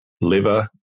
liver